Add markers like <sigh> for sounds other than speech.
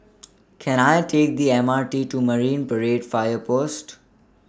<noise> Can I Take The M R T to Marine Parade Fire Post